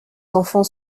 enfants